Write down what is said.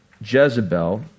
Jezebel